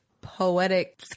poetic